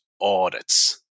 audits